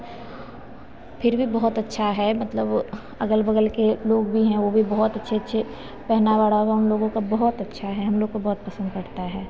फिर भी बहुत अच्छा है मतलब अगल बगल के लोग भी हैं वे भी बहुत अच्छे अच्छे पहनावा ओढ़ावा उन लोगों का बहुत अच्छा है हम लोग को बहुत पसंद पड़ता है